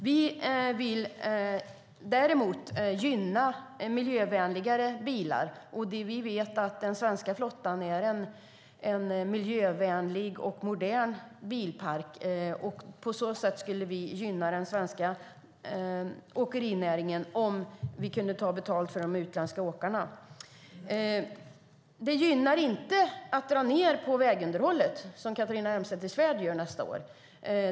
Vi vill gynna miljövänliga bilar. Vi vet att den svenska bilparken är miljövänlig och modern. Den svenska åkerinäringen skulle gynnas om vi kunde ta betalt av de utländska åkarna. Det gynnar inte att dra ned på vägunderhållet, som Catharina Elmsäter-Svärd gör nästa år.